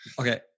Okay